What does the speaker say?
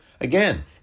Again